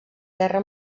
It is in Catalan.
guerra